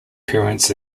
parents